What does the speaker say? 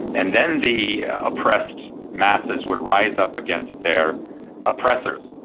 and then the oppressed masses would rise up against their oppressors.